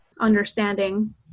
understanding